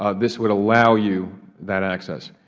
ah this would allow you that access.